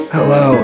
Hello